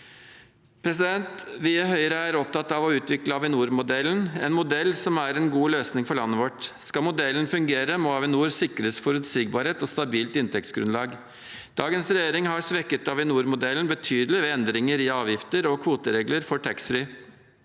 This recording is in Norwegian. Vi i Høyre er opptatt av å utvikle Avinor-modellen, en modell som er en god løsning for landet vårt. Skal modellen fungere, må Avinor sikres forutsigbarhet og stabilt inntektsgrunnlag. Dagens regjering har svekket Avinor-modellen betydelig ved endringer i avgifter og kvoteregler for taxfree.